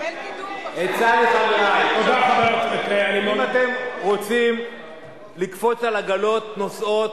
אם אתם רוצים לקפוץ על עגלות נוסעות,